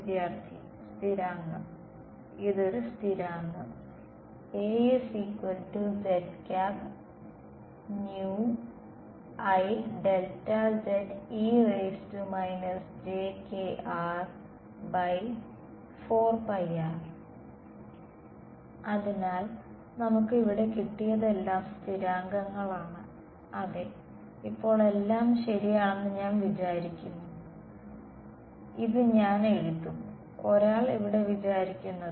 വിദ്യാർത്ഥി സ്ഥിരാങ്കം ഇത് ഒരു സ്ഥിരാങ്കം അതിനാൽ നമുക്ക് ഇവിടെ കിട്ടിയതെല്ലാം സ്ഥിരാങ്കങ്ങൾ ആണ് അതെ ഇപ്പോൾ എല്ലാം ശരിയാണെന്ന് ഞാൻ വിചരിക്കുന്നു ഇത് ഞാൻ എഴുതും ഒരാൾ ഇവിടെ വിചാരിക്കുന്നത്